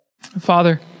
Father